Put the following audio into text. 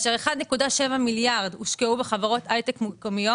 1.7 מיליארד הושקעו בחברות הייטק מקומיות.